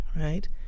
right